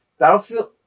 Battlefield